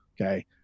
Okay